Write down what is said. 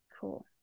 cool